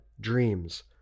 dreams